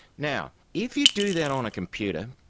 now, if you do that on a computer,